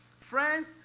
Friends